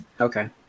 Okay